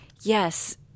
yes